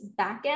backend